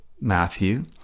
Matthew